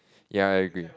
ya I agree